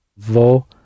Vou